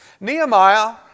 Nehemiah